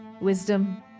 wisdom